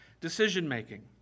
decision-making